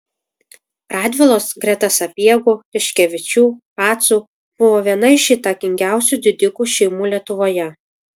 radvilos greta sapiegų tiškevičių pacų buvo viena iš įtakingiausių didikų šeimų lietuvoje